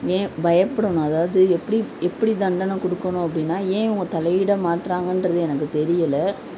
ஏன் பயப்புடணும் அதாவது எப்படி எப்படி தண்டனை கொடுக்கணும் அப்படின்னா ஏன் இவங்க தலையிட மாட்டேறாங்கன்றது எனக்கு தெரியலை